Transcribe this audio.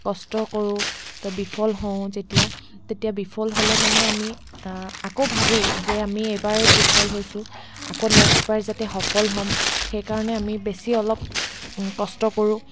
কষ্ট কৰোঁ তো বিফল হওঁ যেতিয়া তেতিয়া বিফল হ'লে মানে আমি আকৌ ভাবোঁ যে আমি এইবাৰ বিফল হৈছোঁ আকৌ নেক্সটবাৰ যাতে সফল হ'ম সেইকাৰণে আমি বেছি অলপ কষ্ট কৰোঁ